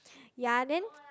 ya then